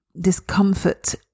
discomfort